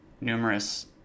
numerous